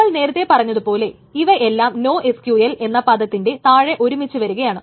നമ്മൾ നേരത്തെ പറഞ്ഞതുപോലെ ഇവ എല്ലാം NoSQL എന്ന പദത്തിൻറെ താഴെ ഒരുമിച്ച് വരികയാണ്